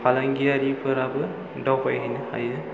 फालांगियारिफोराबो दावबाय हैनो हायो